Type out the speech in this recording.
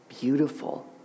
beautiful